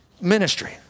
ministry